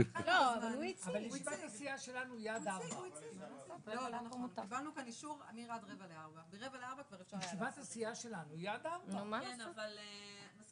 15:47.